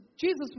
Jesus